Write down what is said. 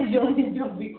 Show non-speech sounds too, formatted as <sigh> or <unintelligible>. <unintelligible>